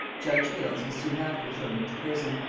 judge hales was soon after thrown into prison.